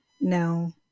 no